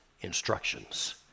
instructions